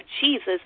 Jesus